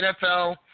NFL